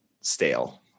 stale